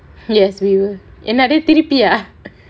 yes we will என்னது திருப்பியா:ennathu thiruppiyaa